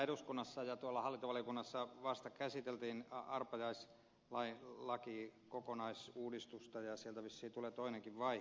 eduskunnassa ja hallintovaliokunnassahan vasta käsiteltiin arpajaislakikokonaisuudistusta ja sieltä vissiin tulee toinenkin vaihe